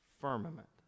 Firmament